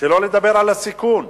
שלא לדבר על הסיכון.